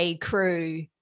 Crew